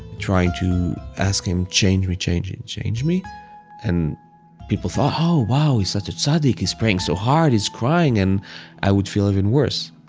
trying to ask him change me, change me, change me and people thought oh wow, he's such a tzadik, he's praying so hard, he's crying and i would feel even worse,